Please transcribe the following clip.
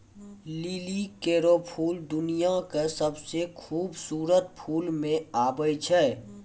लिली केरो फूल दुनिया क सबसें खूबसूरत फूल म आबै छै